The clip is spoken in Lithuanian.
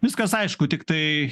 viskas aišku tiktai